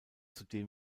zudem